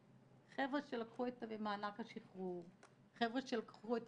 חבר'ה שלקחו את מענק השחרור, שלקחו את